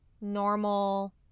normal